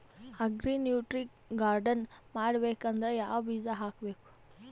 Agri nutri garden ಮಾಡಬೇಕಂದ್ರ ಯಾವ ಬೀಜ ಹಾಕಬೇಕು?